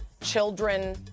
children